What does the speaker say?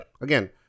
again